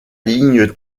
ligne